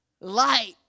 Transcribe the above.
Light